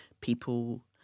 people